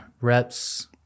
reps